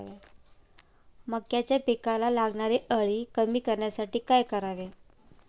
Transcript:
मक्याच्या पिकाला लागणारी अळी कमी करण्यासाठी काय करावे?